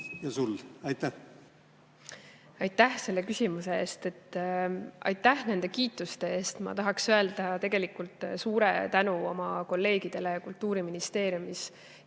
ka mul ja sul. Aitäh selle küsimuse eest! Aitäh nende kiituste eest! Ma tahaks öelda tegelikult suure tänu oma kolleegidele Kultuuriministeeriumis